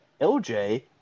LJ